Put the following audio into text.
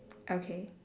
okay